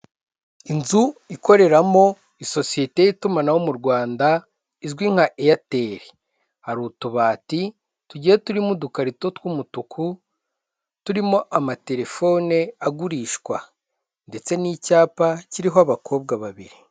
Inzu ikoreramo isosiyete y'itumanaho mu Rwanda izwi nka Eyateri hari utubati, tugiye turimo udukarito tw'umutuku turimo amatelefone agurishwa ndetse n'icyapa kiriho abakobwa babiri.